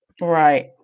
Right